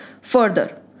further